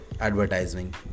advertising